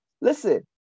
listen